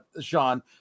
Sean